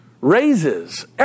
raises